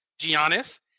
Giannis